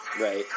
Right